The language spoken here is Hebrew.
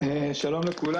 שלום לכולם.